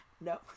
No